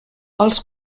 els